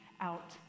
out